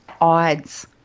odds